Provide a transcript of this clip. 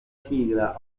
sigla